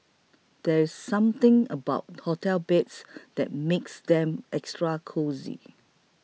there's something about hotel beds that makes them extra cosy